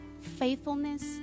faithfulness